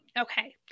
Okay